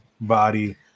body